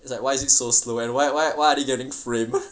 it's like why is it so slow and why why why are you getting framed